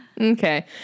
Okay